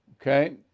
Okay